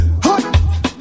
Hot